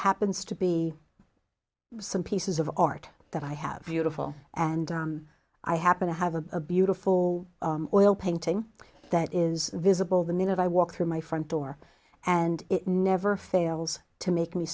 happens to be some pieces of art that i have you to feel and i happen to have a beautiful oil painting that is visible the minute i walk through my front door and it never fails to make me